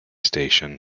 station